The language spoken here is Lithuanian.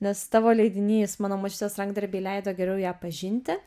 nes tavo leidinys mano močiutės rankdarbiai leido geriau ją pažinti